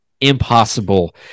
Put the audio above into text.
impossible